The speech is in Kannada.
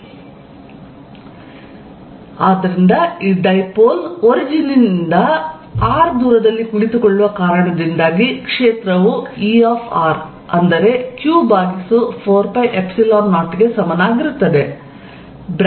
raz3r31±2arcosθ32≅r31±3arcosθ ಆದ್ದರಿಂದ ಈ ಡೈಪೋಲ್ ಒರಿಜಿನ್ ನಿಂದ 'r' ದೂರದಲ್ಲಿ ಕುಳಿತುಕೊಳ್ಳುವ ಕಾರಣದಿಂದಾಗಿ ಕ್ಷೇತ್ರವು E ಅಂದರೆ q ಭಾಗಿಸು 4π0 ಗೆ ಸಮನಾಗಿರುತ್ತದೆ